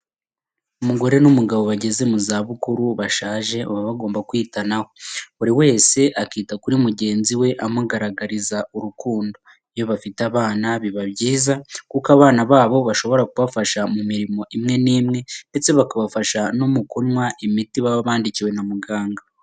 Umugore n'umugabo bageze mu zabukuru bashaje baba bagomba kwitanaho, buri wese akita kuri mugenzi we amugaragariza urukundo, iyo bafite abana biba byiza kuko abana babo bashobora kubafasha mu mirimo imwe n'imwe ndetse bakabafasha no mu kunywa imiti baba bandikiwe na muganga.